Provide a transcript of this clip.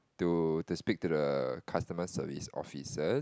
to to speak to the customer service officers